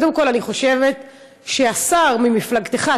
קודם כול אני חושבת שהשר ממפלגתך,